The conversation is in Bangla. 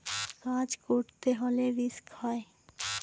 কাজ করতে হলে রিস্ক হয়